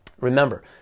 Remember